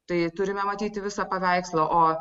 tai turime matyti visą paveikslą